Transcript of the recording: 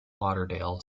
lauderdale